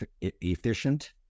efficient